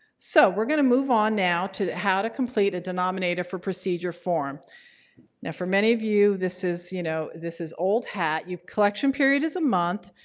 so, we're going to move on now to how to complete a denominator for procedure form. now for many of you, this is, you know, this is old hat. you collection period is a month.